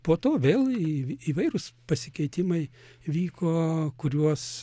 po to vėl į įvairūs pasikeitimai vyko kuriuos